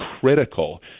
critical